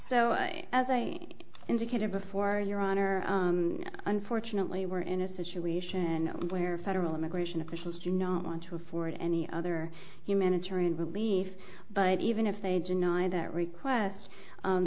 so as i indicated before your honor unfortunately we're in a situation where federal immigration officials do not want to afford any other humanitarian relief but even if they deny that